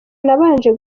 nabanje